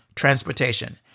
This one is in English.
transportation